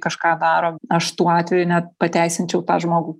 kažką daro aš tų atvejų net pateisinčiau tą žmogų